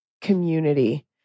community